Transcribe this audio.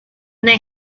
they